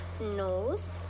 nose